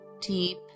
deep